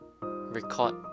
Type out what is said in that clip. record